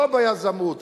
לא ביזמות,